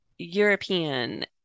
european